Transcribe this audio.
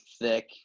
thick